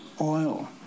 oil